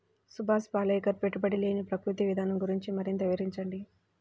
సుభాష్ పాలేకర్ పెట్టుబడి లేని ప్రకృతి విధానం గురించి మరింత వివరించండి